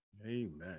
amen